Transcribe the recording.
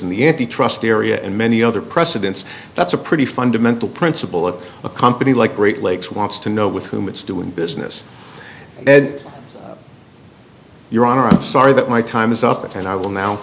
in the n t trust area and many other precedents that's a pretty fundamental principle of a company like great lakes wants to know with whom it's doing business ed your honor i'm sorry that my time is up and i will now